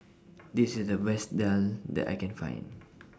This IS The Best Daal that I Can Find